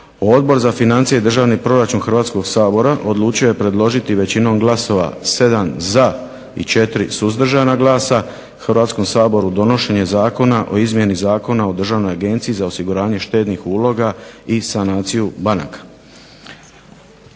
Odbor za financije i državni proračun Hrvatskog sabora odlučio je predložiti većinom glasova 7 za i 4 suzdržana glasa Hrvatskom saboru donošenje Zakona o izmjeni zakona o Državnoj agenciji za osiguranje štednih uloga i sanaciju banaka.